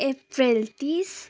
अप्रेल तिस